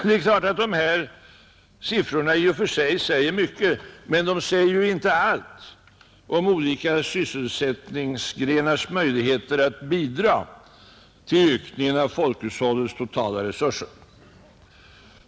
Dessa siffror säger självfallet i och för sig mycket, men de säger ju inte allt om olika sysselsättningsgrenars möjligheter att bidra till ökningen av folkhushållets totala resurser.